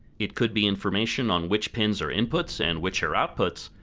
it could be information on which pins are inputs, and which are outputs,